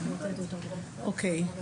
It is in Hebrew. אוקיי.